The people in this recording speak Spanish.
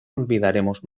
olvidaremos